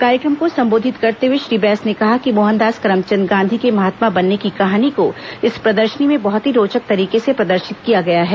कार्यक्रम को संबोधित के करते हुए श्री बैस ने कहा कि मोहनदास करमचंद गांधी के महात्मा बनने की कहानी को इस प्रदर्शनी में बहुत ही रोचक तरीके से प्रदर्शित किया गया है